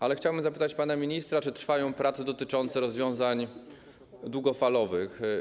Ale chciałbym zapytać pana ministra, czy trwają prace dotyczące rozwiązań długofalowych.